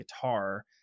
guitar